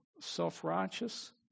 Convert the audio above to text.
self-righteous